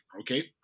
okay